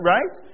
Right